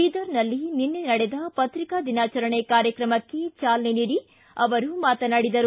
ಬೀದರ್ನಲ್ಲಿ ನಿನ್ನೆ ನಡೆದ ಪತ್ರಿಕಾ ದಿನಾಚರಣೆ ಕಾರ್ಯಕ್ರಮಕ್ಕೆ ಚಾಲನೆ ನೀಡಿ ಅವರು ಮಾತನಾಡಿದರು